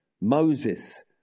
Moses